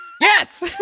yes